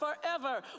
forever